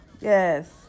Yes